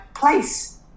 Place